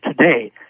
today